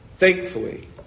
Thankfully